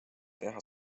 teha